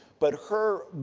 but her,